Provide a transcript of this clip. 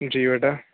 جی بیٹا